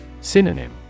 Synonym